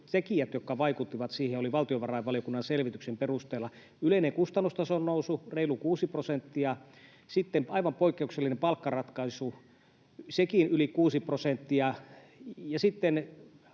tekijät, jotka vaikuttivat siihen, olivat valtiovarainvaliokunnan selvityksen perusteella yleinen kustannustason nousu, reilu kuusi prosenttia, sitten aivan poikkeuksellinen palkkaratkaisu, sekin yli kuusi prosenttia, ja sitten